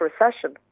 recession